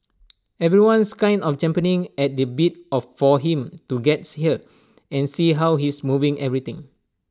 everyone's kind of champing at the bit of for him to gets here and see how he's moving everything